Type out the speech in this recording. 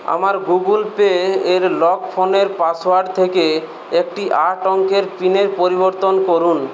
আমার Google Pay এর lock ফোনের পাসওয়ার্ড থেকে একটি আট অঙ্কের পিনের পরিবর্তন করুন